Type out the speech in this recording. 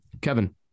Kevin